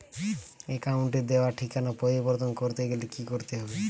অ্যাকাউন্টে দেওয়া ঠিকানা পরিবর্তন করতে গেলে কি করতে হবে?